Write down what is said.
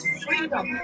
freedom